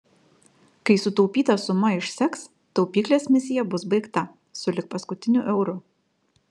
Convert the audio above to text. kai sutaupyta suma išseks taupyklės misija bus baigta sulig paskutiniu euru